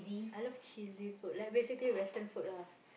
I love cheesy food like basically western food lah